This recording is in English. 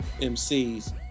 mcs